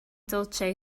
dulce